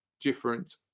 different